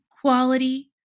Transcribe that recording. quality